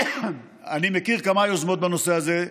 אני מכיר כמה יוזמות בנושא הזה.